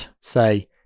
say